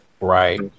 Right